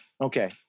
Okay